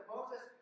Moses